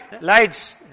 lights